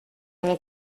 mon